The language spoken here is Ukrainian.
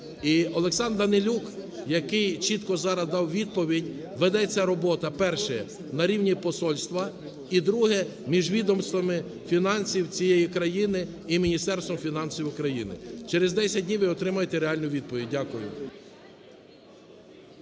І Олександр Данилюк, який чітко зараз дав відповідь, ведеться робота, перше, на рівні посольства, і друге, між відомствами фінансів цієї країни і Міністерства фінансів України. Через 10 днів ви отримаєте реальну відповідь. Дякую.